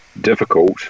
difficult